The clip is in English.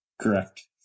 Correct